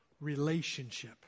relationship